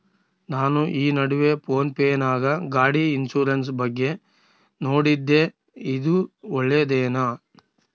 ನಾನು ಈ ನಡುವೆ ಫೋನ್ ಪೇ ನಾಗ ಗಾಡಿ ಇನ್ಸುರೆನ್ಸ್ ಬಗ್ಗೆ ನೋಡಿದ್ದೇ ಇದು ಒಳ್ಳೇದೇನಾ?